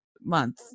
month